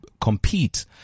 Compete